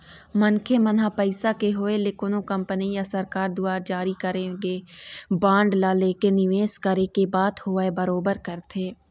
मनखे मन ह पइसा के होय ले कोनो कंपनी या सरकार दुवार जारी करे गे बांड ला लेके निवेस करे के बात होवय बरोबर करथे